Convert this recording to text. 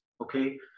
okay